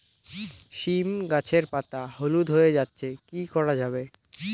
সীম গাছের পাতা হলুদ হয়ে যাচ্ছে কি করা যাবে?